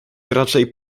raczej